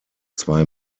zwei